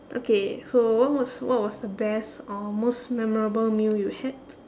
okay so what was what was the best or most memorable meal you had